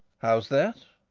how's that?